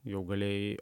jau galėjai